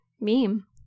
meme